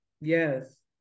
Yes